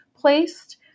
placed